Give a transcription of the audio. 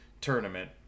tournament